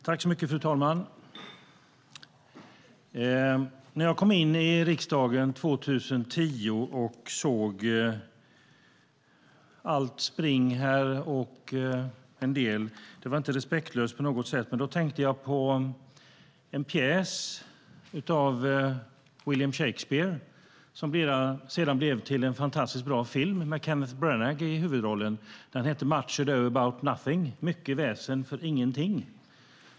Fru talman! När jag kom in i riksdagen 2010 och såg allt spring här - det är inte respektlöst på något sätt - tänkte jag på en pjäs av William Shakespeare som sedan blev till en fantastiskt bra film med Kenneth Branagh i huvudrollen. Den hette Much ado about nothing , Mycket väsen för ingenting .